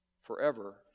forever